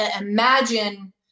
imagine